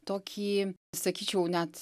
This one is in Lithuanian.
tokį sakyčiau net